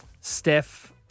Steph